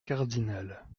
cardinal